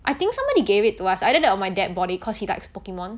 I think somebody gave it to us either that or my dad bought it cause he likes pokemon